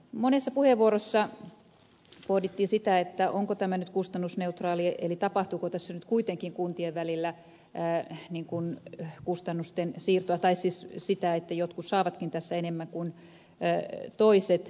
monessa puheenvuorossa pohdittiin sitä onko tämä nyt kustannusneutraali eli tapahtuuko tässä nyt kuitenkin kuntien välillä kustannusten siirtoa tai sitä että jotkut saavatkin tässä enemmän kuin toiset